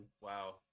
Wow